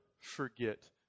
forget